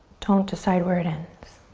don't decide where it ends.